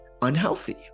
Unhealthy